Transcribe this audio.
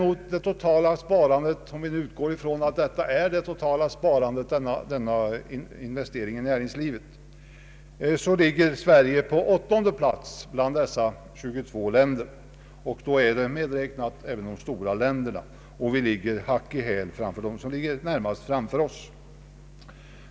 Om man utgår ifrån att denna investering inom näringslivet är landets totala sparande, ligger Sverige på åttonde plats bland dessa 22 länder när det gäller sparandets andel av bruttonationalprodukten. Då är även de stora länderna medräknade, och vi ligger hack i häl på dem som ligger närmast framför oss.